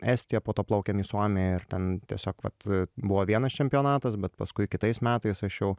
estiją po to plaukėm į suomiją ten tiesiog vat buvo vienas čempionatas bet paskui kitais metais aš jau